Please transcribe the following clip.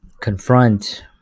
confront